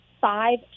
five